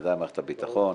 בוודאי מערכת הביטחון,